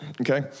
okay